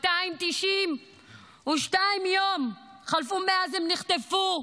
292 יום חלפו מאז הם נחטפו.